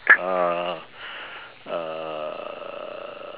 uh uh